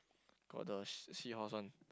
got the sea seahorse one